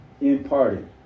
Imparted